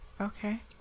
Okay